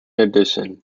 addition